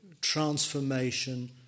transformation